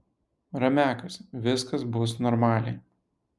ramiakas viskas bus normaliai